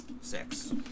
Six